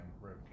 Road